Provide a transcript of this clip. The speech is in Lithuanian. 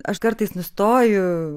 aš kartais nustoju